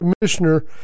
commissioner